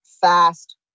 fast